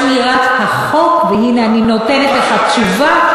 השאלה למה צריך אותם.